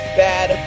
bad